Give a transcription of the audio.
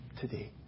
today